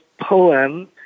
poem